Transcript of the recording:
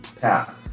path